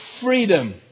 freedom